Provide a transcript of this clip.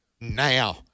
now